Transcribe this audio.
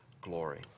glory